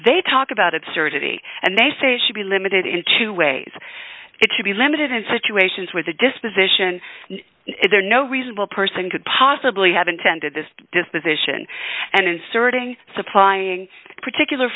they talk about absurdity and they say it should be limited in two ways it should be limited in situations where the disposition is there no reasonable person could possibly have intended this disposition and inserting supplying particular